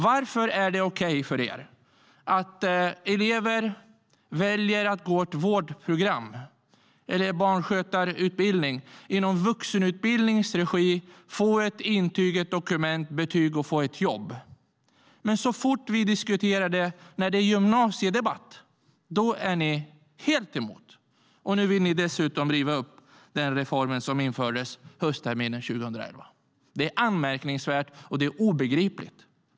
Varför är det okej för er att elever väljer att gå ett vårdprogram eller en barnskötarutbildning i vuxenutbildningens regi och får ett intyg, ett dokument och ett betyg - och ett jobb? Så fort vi diskuterar det när det gäller gymnasiet är ni ju helt emot det. Nu vill ni dessutom riva upp den reform som genomfördes höstterminen 2011. Det är anmärkningsvärt, och det är obegripligt.